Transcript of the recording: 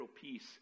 peace